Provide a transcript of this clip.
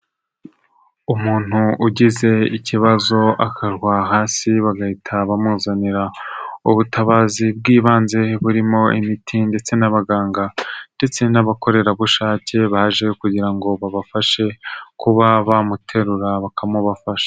Umuntu ugize ikibazo akarwa hasi bagahita bamuzanira ubutabazi bw'ibanze burimo imiti ndetse n'abaganga ndetse n'abakorerabushake baje kugira ngo babafashe kuba bamuterura bakamubafasha.